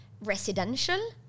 residential